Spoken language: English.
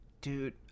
Dude